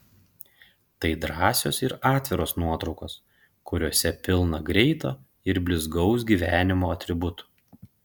tai drąsios ir atviros nuotraukos kuriose pilna greito ir blizgaus gyvenimo atributų